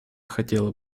хотело